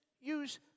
use